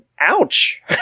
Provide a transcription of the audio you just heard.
ouch